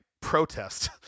protest